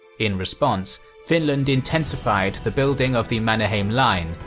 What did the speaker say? in response, finland intensified the building of the mannerheim line,